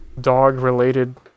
dog-related